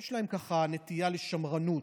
יש להם ככה נטייה לשמרנות.